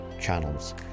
channels